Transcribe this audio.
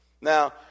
Now